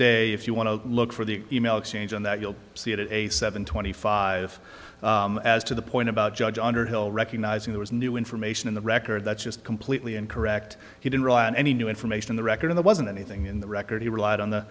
stay if you want to look for the e mail exchange on that you'll see it a seven twenty five as to the point about judge underhill recognizing there is new information in the record that's just completely incorrect he didn't rely on any new information in the record in the wasn't anything in the record he relied on the